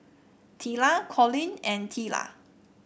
Teela Collin and Teela